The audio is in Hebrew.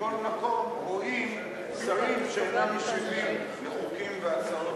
ומכל מקום רואים שרים שאינם משיבים לחוקים והצעות